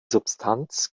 substanz